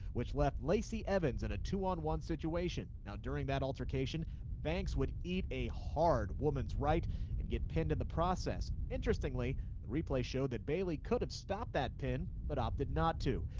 which left lacey evans in a two on one situation. now during that altercation, banks would eat a hard woman's right and get pinned in the process. interestingly, the replay showed that bayley could have stopped that pin but opted not to.